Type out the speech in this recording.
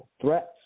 threats